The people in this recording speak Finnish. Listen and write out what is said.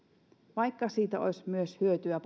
vaikka siitä olisi hyötyä